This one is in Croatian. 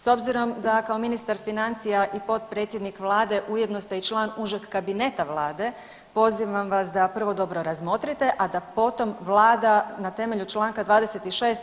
S obzirom da kao ministar financija i potpredsjednik Vlade ujedno ste i član užeg kabineta Vlade, pozivam vas da prvo dobro razmotrite, a da potom Vlada na temelju čl. 26.